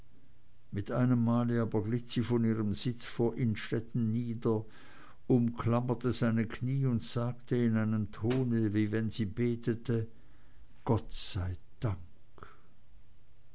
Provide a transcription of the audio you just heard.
mit einem male aber glitt sie von ihrem sitz vor innstetten nieder umklammerte seine knie und sagte in einem ton wie wenn sie betete gott sei dank